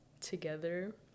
together